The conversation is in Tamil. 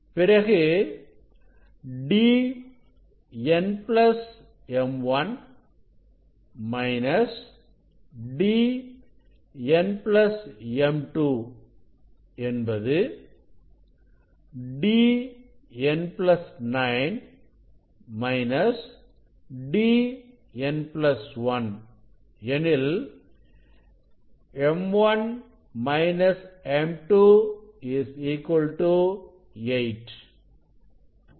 பிறகு D n m 1 D n m 2 என்பது Dn 9 - D n 1 எனில் m 1 m 2 8